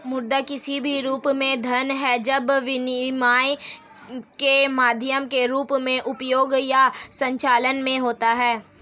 मुद्रा किसी भी रूप में धन है जब विनिमय के माध्यम के रूप में उपयोग या संचलन में होता है